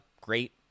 great